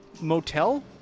motel